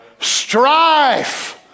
strife